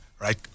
right